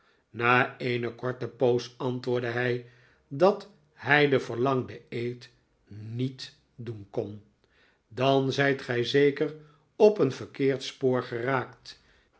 na eene korte poos antwoordde hij dat hij den verlangden eed niet doen kon dan zijt gij zeker op een verkeerd spoor geraakt